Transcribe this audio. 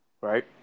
right